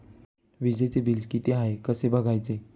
वीजचे बिल किती आहे कसे बघायचे?